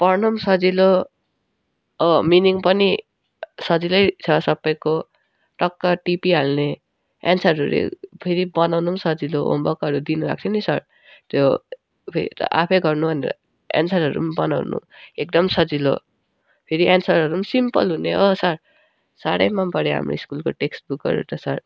पढ्नु पनि सजिलो मिनिङ पनि सजिलै छ सबैको टक्क टिपिहाल्ने एन्सरहरू फेरी बनाउनु पनि सजिलो होमवर्कहरू दिनुभएको छ नि सर त्यो आफै गर्नु भनेर एन्सरहरू पनि बनाउनु एकदमै सजिलो फेरी एन्सरहरू पनि सिम्पल हुने हो सर साह्रै मन पऱ्यो हाम्रो स्कुलको टेक्स्ट बुकहरू त सर